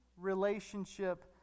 relationship